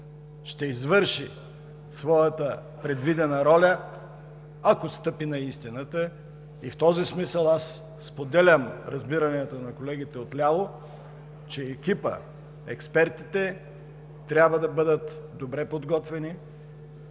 ще извърши своята предвидена роля, ако стъпи на истината. В този смисъл споделям разбиранията на колегите от ляво, че екипът, експертите, трябва да бъдат добре подготвени